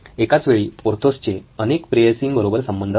एकाच वेळी पोर्थोसचे अनेक प्रेयसी बरोबर संबंध आहेत